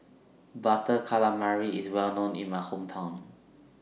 Butter Calamari IS Well known in My Hometown